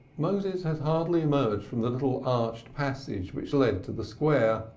moses had hardly emerged from the little arched passage which led to the square,